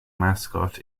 mascot